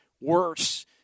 worse